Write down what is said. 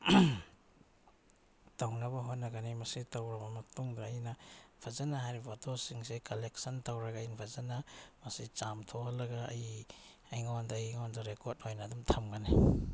ꯇꯧꯅꯕ ꯍꯣꯠꯅꯒꯅꯤ ꯃꯁꯤ ꯇꯧꯔꯕ ꯃꯇꯨꯡꯗ ꯑꯩꯅ ꯐꯖꯅ ꯍꯥꯏꯔꯤ ꯐꯣꯇꯣꯁꯤꯡꯁꯦ ꯀꯂꯦꯛꯁꯟ ꯇꯧꯔꯒ ꯑꯩ ꯐꯖꯅ ꯃꯁꯤ ꯆꯥꯝꯊꯣꯛꯍꯜꯂꯒ ꯑꯩ ꯑꯩꯉꯣꯟꯗ ꯔꯦꯀ꯭ꯣꯔꯠ ꯑꯣꯏꯅ ꯑꯗꯨꯝ ꯊꯝꯒꯅꯤ